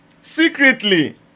secretly